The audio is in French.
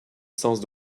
sens